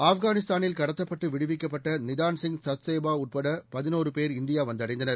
ஆப்கானிஸ்தானில் கடத்தப்பட்டுவிடுவிக்க்ப்பட்டநிதான் சிங் சச்தேவாஉள்படபதினொருபேர் இந்தியாவந்தடைந்தனர்